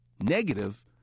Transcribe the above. negative